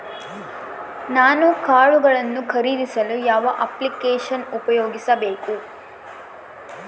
ನಾನು ಕಾಳುಗಳನ್ನು ಖರೇದಿಸಲು ಯಾವ ಅಪ್ಲಿಕೇಶನ್ ಉಪಯೋಗಿಸಬೇಕು?